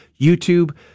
YouTube